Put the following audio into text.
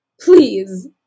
please